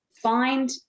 Find